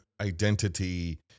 identity